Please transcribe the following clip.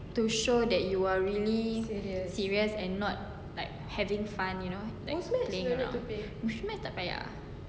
to show that you are really serious and not like having fun you know that playing around Muzmatch tak payah